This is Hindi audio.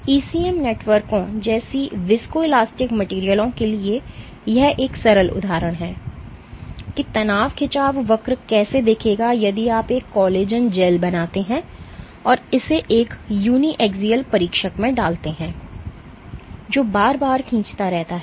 ईसीएम नेटवर्कों जैसी विस्को इलास्टिक मटेरियलयों के लिए यह एक सरल उदाहरण है कि तनाव खिंचाव वक्र कैसे दिखेगा यदि आप एक कोलेजन जेल बनाते हैं और इसे एक uniaxial परीक्षक में डालते हैं जो बार बार खींचता रहता है